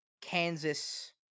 Kansas